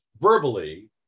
verbally